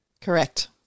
Correct